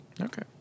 Okay